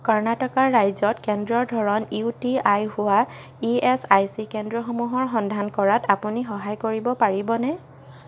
কৰ্ণাটকা ৰাজ্যত কেন্দ্ৰৰ ধৰণ ইউ টি আই হোৱা ই এছ আই চি কেন্দ্ৰসমূহৰ সন্ধান কৰাত আপুনি সহায় কৰিব পাৰিবনে